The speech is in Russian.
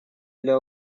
для